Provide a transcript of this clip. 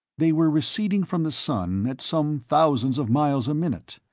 they were receding from the sun at some thousands of miles a minute.